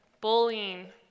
bullying